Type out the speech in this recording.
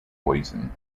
poison